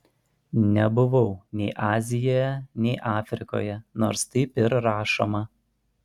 nebuvau nei azijoje nei afrikoje nors taip ir rašoma